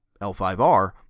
L5R